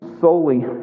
solely